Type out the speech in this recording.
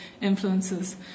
influences